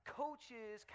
coaches